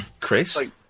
Chris